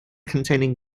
containing